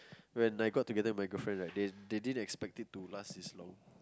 when I got together with my girlfriend right they they didn't expect it to last this long